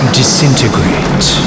disintegrate